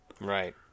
Right